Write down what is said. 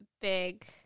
big